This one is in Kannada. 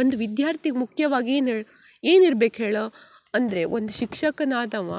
ಒಂದು ವಿದ್ಯಾರ್ಥಿಗೆ ಮುಖ್ಯವಾಗಿ ಏನು ಏನಿರ್ಬೇಕು ಹೇಳು ಅಂದರೆ ಒಂದು ಶಿಕ್ಷಕನಾದವ